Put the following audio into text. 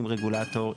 עם רגולטור.